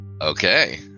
Okay